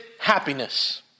Happiness